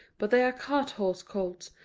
but they are cart-horse colts,